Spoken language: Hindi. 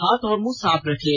हाथ और मुंह साफ रखें